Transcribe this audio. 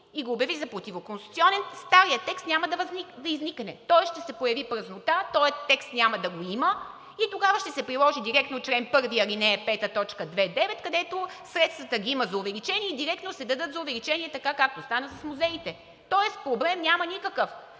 и го обяви за противоконституционен – старият текст няма да изникне. Тоест ще се появи празнота и този текст няма да го има и тогава ще се приложи директно чл. 1, ал. 5, т. 2.9, където средствата ги има за увеличение и директно ще се дадат за увеличение така, както стана с музеите, тоест няма никакъв